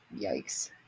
Yikes